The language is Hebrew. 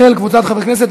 של קבוצת חברי הכנסת.